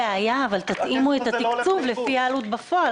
אין בעיה, אבל תתאימו את התקציב לפי העלות בפועל.